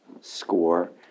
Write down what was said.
score